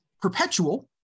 perpetual